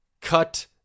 cut